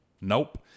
Nope